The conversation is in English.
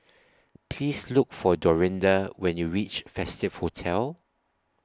Please Look For Dorinda when YOU REACH Festive Hotel